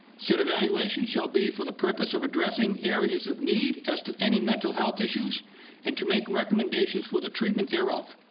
said evaluation shall be for the purpose of addressing areas of need as to any mental health issues and to make recommendations for the treatment thereof.